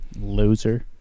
Loser